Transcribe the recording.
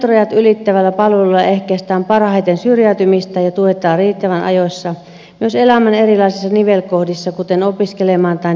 hallintorajat ylittävillä palveluilla ehkäistään parhaiten syrjäytymistä ja tuetaan riittävän ajoissa myös elämän erilaisissa nivelkohdissa kuten opiskelemaan tai työhön siirtyessä